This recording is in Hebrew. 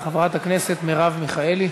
חברת הכנסת מרב מיכאלי,